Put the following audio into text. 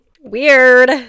weird